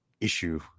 issue